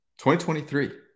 2023